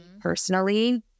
personally